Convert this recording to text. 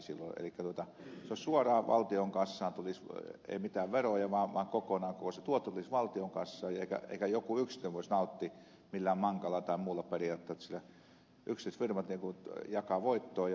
elikkä se tuotto tulisi suoraan valtion kassaan ei mitään veroja vaan kokonaan se tuotto tulisi valtion kassaan eikä joku yksityinen voisi nauttia niistä millään mankala tai muulla sellaisella periaatteella että sillä yksityiset firmat jakavat voittoa